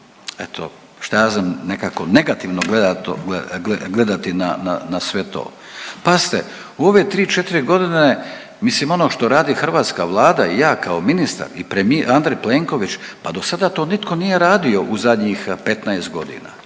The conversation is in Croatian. eto, šta ja znam, nekako negativno gledati na sve to. Pazite, u ove 3, 4 godine, mislim ono što radi hrvatska Vlada i ja kao ministar i premijer Andrej Plenković, pa do sada to nitko nije radio u zadnjih 15 godina.